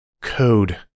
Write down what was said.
Code